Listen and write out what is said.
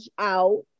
out